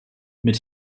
mit